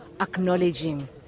acknowledging